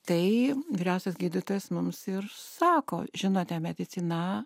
tai vyriausias gydytojas mums ir sako žinote medicina